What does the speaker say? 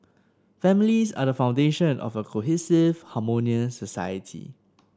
families are the foundation of a cohesive harmonious society